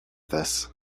this